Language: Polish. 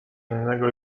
innego